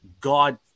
God